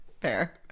Fair